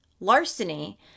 larceny